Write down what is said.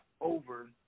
over